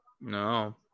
no